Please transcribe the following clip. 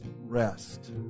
rest